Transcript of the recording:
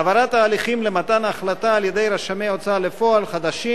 העברת ההליכים למתן ההחלטה על-ידי רשמי הוצאה לפועל חדשים